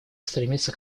стремится